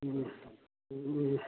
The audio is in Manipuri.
ꯎꯝ ꯎꯝ ꯎꯝ